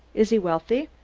is he wealthy?